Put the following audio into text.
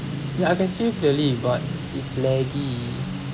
ya I can see you clearly but it's laggy